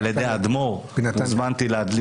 על ידי האדמו"ר להדליק